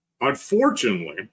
Unfortunately